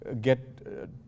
get